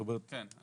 כן.